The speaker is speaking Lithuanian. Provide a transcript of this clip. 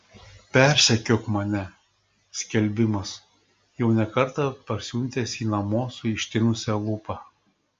persekiok mane skelbimas jau ne kartą parsiuntęs jį namo su ištinusia lūpa